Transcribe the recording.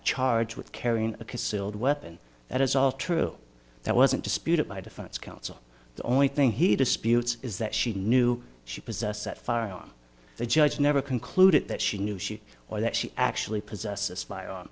charged with carrying a concealed weapon that is all true that wasn't disputed by defense counsel the only thing he disputes is that she knew she was set fire on the judge never concluded that she knew she or that she actually possess a spy on